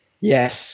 Yes